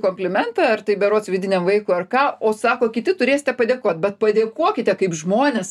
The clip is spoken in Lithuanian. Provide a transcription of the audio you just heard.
komplimentą ar tai berods vidiniam vaikui ar ką o sako kiti turėsite padėkot bet padėkokite kaip žmonės